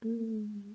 mm